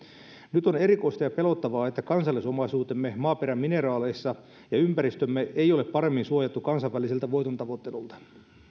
nyt on erikoista ja pelottavaa että kansallisomaisuutemme maaperän mineraaleissa ja ympäristömme ei ole paremmin suojattu kansainväliseltä voitontavoittelulta